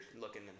looking